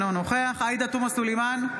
אינו נוכח עאידה תומא סלימאן,